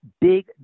big